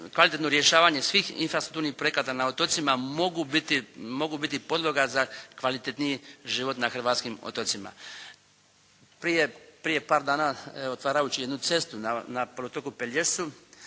kvalitetno rješavanje svih infrastrukturnih projekata na otocima mogu biti, mogu biti podloga za kvalitetniji život na hrvatskim otocima. Prije par dana otvarajući jednu cestu na poluotoku Pelješcu